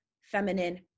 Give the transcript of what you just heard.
feminine